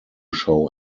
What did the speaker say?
show